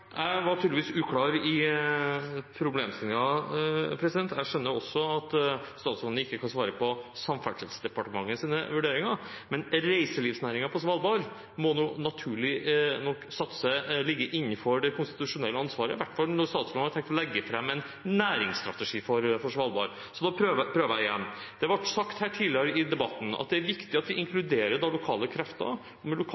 Jeg var tydeligvis uklar i problemstillingen. Jeg skjønner også at statsråden ikke kan svare på Samferdselsdepartementets vurderinger, men reiselivsnæringen på Svalbard må naturlig nok ligge innenfor det konstitusjonelle ansvaret, i hvert fall når statsråden har tenkt å legge fram en næringsstrategi for Svalbard. Så da prøver jeg igjen: Det ble sagt her tidligere i debatten at det er viktig at man inkluderer lokale krefter. Og med